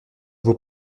vos